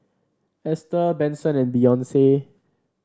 Ester Benson and Beyonce